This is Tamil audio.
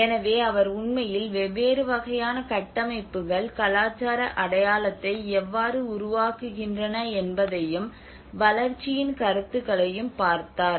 எனவே அவர் உண்மையில் வெவ்வேறு வகையான கட்டமைப்புகள் கலாச்சார அடையாளத்தை எவ்வாறு உருவாக்குகின்றன என்பதையும் வளர்ச்சியின் கருத்துக்களையும் பார்த்தார்